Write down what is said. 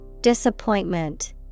Disappointment